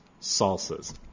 salsas